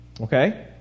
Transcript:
Okay